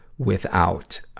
without, um,